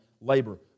labor